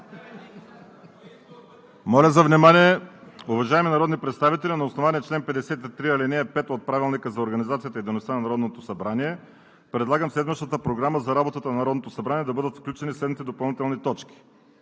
Моля за внимание! Уважаеми народни представители, на основание чл. 53, ал. 5 от Правилника за организацията и дейността на Народното събрание предлагам в следващата Програма за работа на Народното събрание да бъдат включени следните допълнителни точки: